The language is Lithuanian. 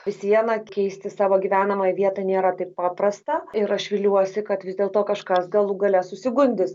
vis viena keisti savo gyvenamąją vietą nėra taip paprasta ir aš viliuosi kad vis dėlto kažkas galų gale susigundys